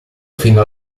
fino